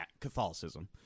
Catholicism